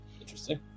Interesting